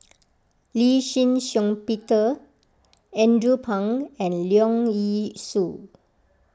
Lee Shih Shiong Peter Andrew Phang and Leong Yee Soo